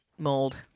mold